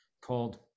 called